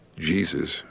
Jesus